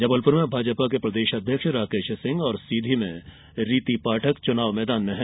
जबलपुर में भाजपा के प्रदेश अध्यक्ष राकेश सिंह और सीधी में रीति पाठक चुनाव मैदान में है